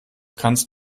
kannst